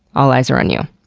all eyes are on you.